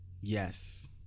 Yes